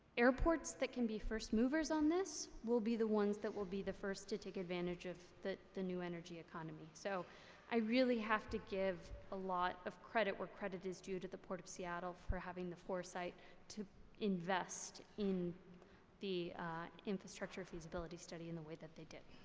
airports that can be first movers on this will be the ones that will be the first to take advantage of the the new energy economy. so i really have to give a lot of credit where credit is due to the port of seattle for having the foresight to invest in the infrastructure feasibility study in the way that they did.